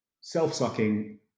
self-sucking